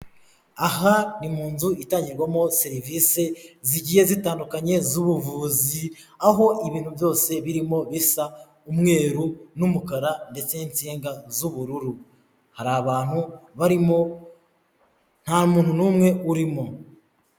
Aha ni mu nzu itangirwamo serivisi zigiye zitandukanye z'ubuvuzi, aho ibintu byose birimo bisa umweru n'umukara, ndetse n'insinga z'ubururu, hari abantu barimo, nta muntu n'umwe urimo.